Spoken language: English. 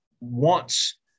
wants